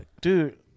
Dude